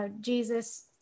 Jesus